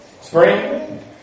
Spring